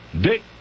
Dick